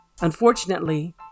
Unfortunately